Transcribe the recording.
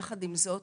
יחד עם זאת